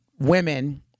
Women